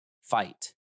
fight